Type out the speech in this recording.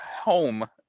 home